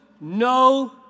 no